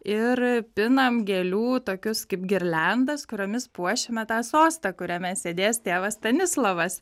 ir pinam gėlių tokius kaip girliandas kuriomis puošime tą sostą kuriame sėdės tėvas stanislovas